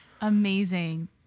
amazing